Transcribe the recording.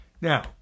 Now